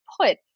put